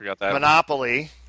Monopoly